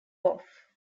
off